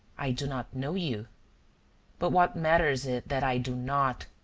i do not know you but what matters it that i do not?